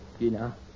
Gina